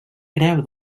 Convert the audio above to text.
creu